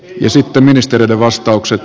sitten ministereiden vastaukset